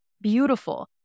beautiful